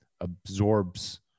absorbs